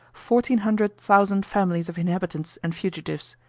fourteen hundred thousand families of inhabitants and fugitives.